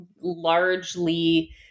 largely